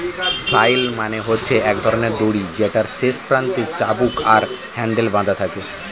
flail মানে হচ্ছে এক ধরণের দড়ি যেটার শেষ প্রান্তে চাবুক আর হ্যান্ডেল বাধা থাকে